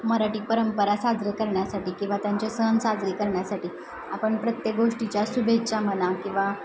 मराठी परंपरा साजरी करण्यासाठी किंवा त्यांचे सण साजरे करण्यासाठी आपण प्रत्येक गोष्टीच्या शुभेच्छा म्हणा किंवा